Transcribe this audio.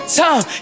time